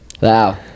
Wow